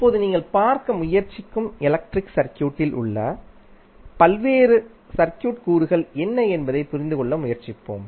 இப்போது நீங்கள் பார்க்க முயற்சிக்கும் எலக்ட்ரிக் சர்க்யூடில் உள்ள பல்வேறு சர்க்யூட் கூறுகள் என்ன என்பதை புரிந்து கொள்ள முயற்சிப்போம்